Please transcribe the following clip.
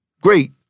Great